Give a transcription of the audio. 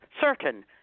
certain